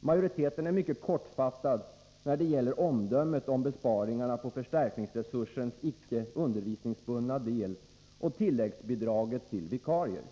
Majoriteten är mycket kortfattad när det gäller omdömet om besparingarna på förstärkningsresursens icke undervisningsbundna del och tilläggsbidraget till vikarier.